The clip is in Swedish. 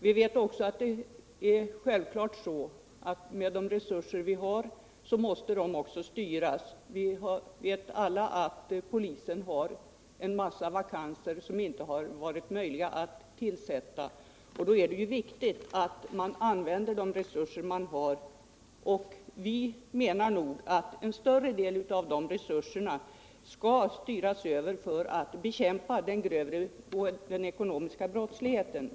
Vi vet också att resurserna måste styras. Alla känner vi till att polisen har en mängd vakanta tjänster som det inte varit möjligt att tillsätta. Då är det ju viktigt att de resurser som finns används effektivt. Enligt vår åsikt borde en större del av dessa resurser styras över för bekämpning av den ekonomiska brottsligheten.